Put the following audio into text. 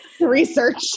research